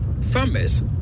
farmers